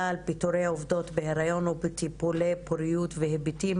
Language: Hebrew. על פיטורי עובדות בהיריון ובטיפולי פוריות והיבטים